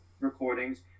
recordings